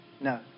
No